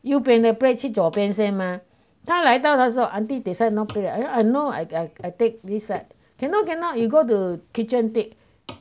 右边的 plate 去左边现吗他来到的时候 auntie 等下 no plate I know I I take this side cannot cannot you go to kitchen take